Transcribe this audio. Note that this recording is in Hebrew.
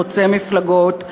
חוצה מפלגות,